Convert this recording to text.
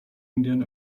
indian